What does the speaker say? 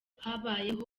habayeho